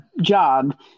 job